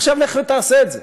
עכשיו לך ותעשה את זה.